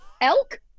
Elk